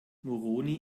moroni